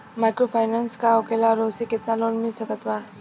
Microfinance का होखेला और ओसे केतना लोन मिल सकत बा?